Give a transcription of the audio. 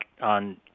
on